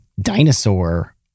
dinosaur